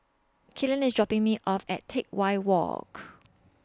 Killian IS dropping Me off At Teck Whye Walk